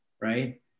right